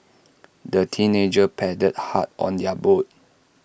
the teenagers paddled hard on their boat